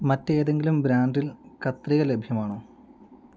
മറ്റേതെങ്കിലും ബ്രാൻഡിൽ കത്രിക ലഭ്യമാണോ